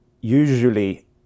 Usually